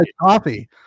coffee